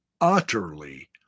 utterly